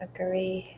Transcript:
Agree